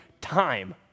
time